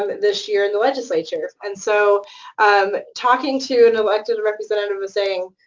um this year in the legislature, and so talking to an elected representative and saying,